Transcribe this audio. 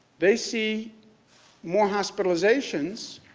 they see more hospitalizations.